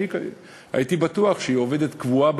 אני הייתי בטוח שהיא עובדת קבועה במשרד,